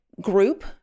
group